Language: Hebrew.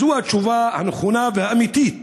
זו התשובה הנכונה והאמיתית